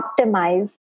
optimize